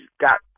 got